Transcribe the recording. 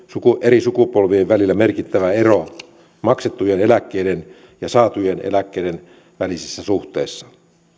eri sukupolvien välillä merkittävä ero maksettujen eläkkeiden ja saatujen eläkkeiden välisessä suhteessa